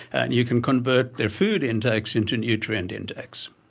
and you can convert their food intakes into nutrient intakes.